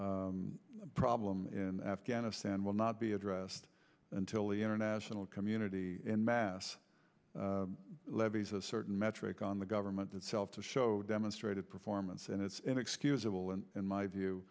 corruption problem in afghanistan will not be addressed until the international community in mass levies a certain metric on the government itself to show demonstrated performance and it's inexcusable and in my view